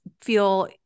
feel